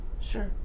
Sure